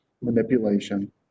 manipulation